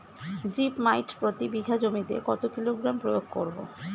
Zip মাইট প্রতি বিঘা জমিতে কত কিলোগ্রাম প্রয়োগ করব?